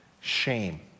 shame